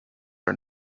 are